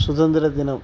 சுதந்திர தினம்